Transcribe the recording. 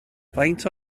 faint